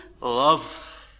love